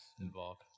involved